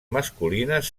masculines